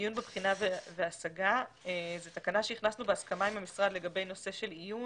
עיון בבחינה והשגה זו תקנה שהכנסנו בהסכמה עם המשרד לגבי עיון